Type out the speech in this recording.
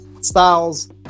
styles